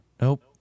nope